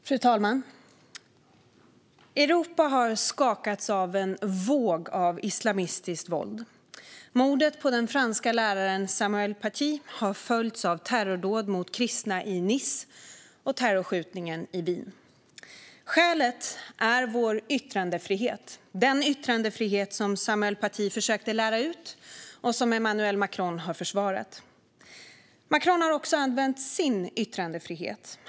Fru talman! Europa har skakats av en våg av islamistiskt våld. Mordet på den franske läraren Samuel Paty har följts av terrordåd mot kristna i Nice och terrorskjutningen i Wien. Skälet är vår yttrandefrihet, den yttrandefrihet som Samuel Paty försökte lära ut och som Emmanuel Macron har försvarat. Macron har använt sin yttrandefrihet.